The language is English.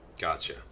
Gotcha